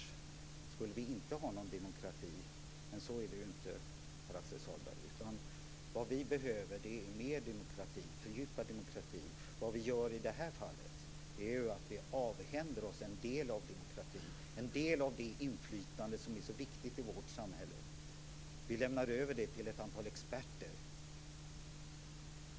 Skulle vi inte ha någon demokrati? Nej, så är det ju inte, Pär Axel Sahlberg. Vad vi behöver är mer demokrati och fördjupad demokrati. Vad vi gör i det här fallet är att vi avhänder oss en del av demokratin, en del av det inflytande som är så viktigt i vårt samhälle. Vi lämnar över det till ett antal experter.